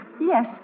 Yes